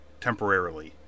temporarily